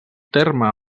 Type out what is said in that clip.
terme